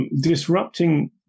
disrupting